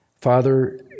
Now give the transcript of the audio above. Father